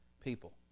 people